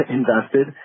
invested